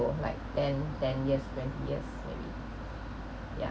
ago like ten ten years twenty years maybe yeah